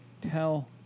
tell